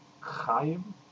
Chaim